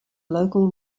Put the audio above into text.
local